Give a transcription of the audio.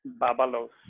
Babalos